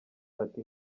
ati